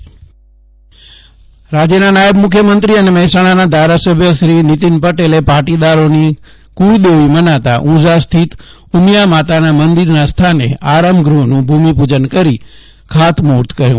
જયદીપ વૈશ્નવ નીતિન પટેલ ઉઝા રાજ્યના નાયબ મુખ્યમંત્રી અને મહેસાણાના ધારાસભ્ય શ્રી નીતિન પટેલે પાટીદારોના કુળદેવી મનાતા ઉઝા સ્થિત ઉમિયામાતાના મંદિર સ્થાને આરામ ગ્રહનું ભૂમિપૂજન કરી ખાતમુહુર્ત કર્યું